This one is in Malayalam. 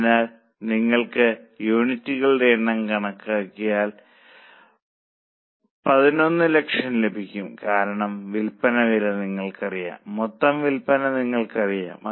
അതിനാൽ നിങ്ങൾ യൂണിറ്റുകളുടെ എണ്ണം കണക്കാക്കിയാൽ നിങ്ങൾക്ക് 110000 ലഭിക്കും കാരണം വിൽപ്പന വില നിങ്ങൾക്ക് അറിയാം മൊത്തം വിൽപ്പന നിങ്ങൾക്ക് അറിയാം